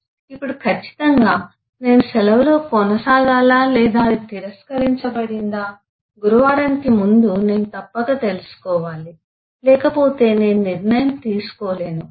ఇప్పుడు ఖచ్చితంగా నేను సెలవులో కొనసాగాలా లేదా అది తిరస్కరించబడిందా గురువారం ముందు నేను తప్పక తెలుసుకోవాలి లేకపోతే నేను నిర్ణయం తీసుకోలేను